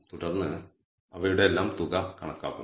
തുടർന്ന് അവയുടെയെല്ലാം തുക കണക്കാക്കുന്നു